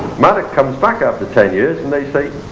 madoc comes back after ten years and they say,